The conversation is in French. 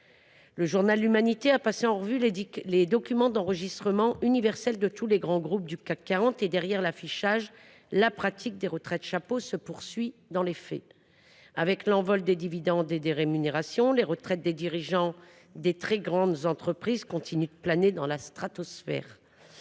des journalistes de ont passé en revue les documents d’enregistrement universel de tous les grands groupes du CAC 40 : ils ont pu constater que, derrière les mesures d’affichage, la pratique des retraites chapeaux perdurait dans les faits. Avec l’envol des dividendes et des rémunérations, les retraites des dirigeants des très grandes entreprises continuent de planer dans la stratosphère.